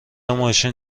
ماشین